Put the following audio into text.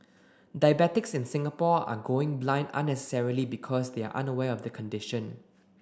diabetics in Singapore are going blind unnecessarily because they are unaware of the condition